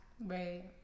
Right